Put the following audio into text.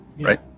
right